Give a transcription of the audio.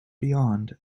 beyond